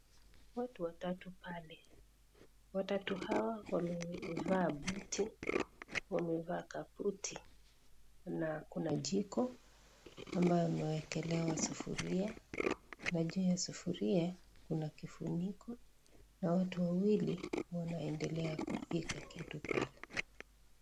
Watu watatu pale, watatu hawa wamevaa buti wamevaa kabuti na kuna jiko ambayo imewekelewa sufuria na juu ya sufuria kuna kifuniko na watu wawili wanaendelea kupika kitu pale.